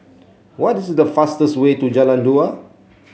what is the fastest way to Jalan Dua